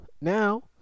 now